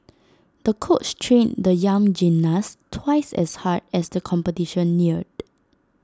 the coach trained the young gymnast twice as hard as the competition neared